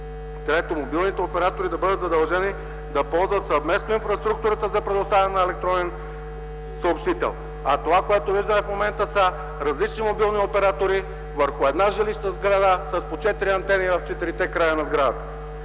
3. Мобилните оператори да бъдат задължени да ползват съвместно инфраструктурата за предоставяне на електронен съобщител.” Това, което виждаме в момента, са различни мобилни оператори върху една жилищна сграда с по четири антени върху четирите краища на сградата.